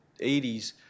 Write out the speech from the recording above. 80s